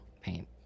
paint